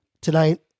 tonight